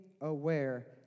aware